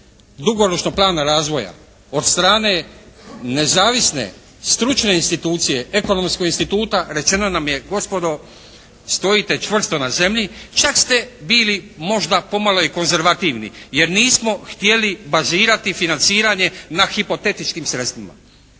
dugoročnog plana razvoja od strane nezavisne, stručne institucije, Ekonomskog instituta rečeno nam je, gospodo, stojite čvrsto na zemlji, čak ste bili možda pomalo i konzervativni, jer nismo htjeli bazirati financiranje na hipotetičkim sredstvima.